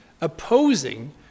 opposing